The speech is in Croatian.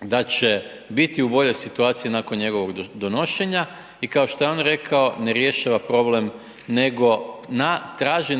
da će biti u boljoj situaciji nakon njegovog donošenja i kao što je on rekao ne rješava problem nego traže